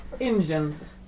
engines